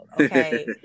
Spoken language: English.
okay